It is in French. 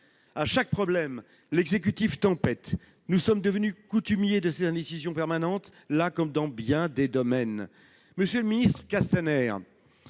À chaque problème, l'exécutif tempère. Nous sommes devenus coutumiers de cette indécision permanente, là comme dans bien des domaines. Monsieur le ministre Castaner,